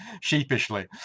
sheepishly